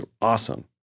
awesome